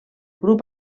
grup